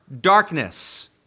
darkness